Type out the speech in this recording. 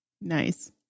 nice